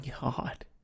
god